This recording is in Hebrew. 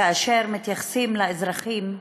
כאשר מתייחסים לאזרחים,